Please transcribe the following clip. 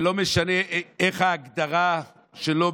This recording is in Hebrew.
ולא משנה איך ההגדרה שלו,